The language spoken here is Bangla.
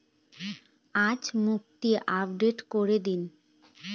আজ মুক্তি আপডেট করে দিন